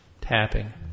tapping